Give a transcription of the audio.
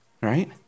Right